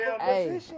Hey